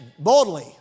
Boldly